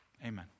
Amen